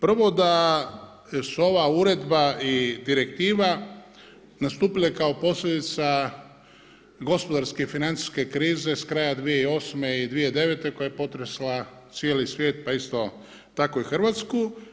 Prvo da su ova uredba i direktiva nastupile kao posljedica gospodarske i financijske krize s kraja 2008. i 2009. koja je potresla cijeli svijeta pa isto tako i Hrvatsku.